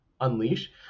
Unleash